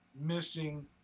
missing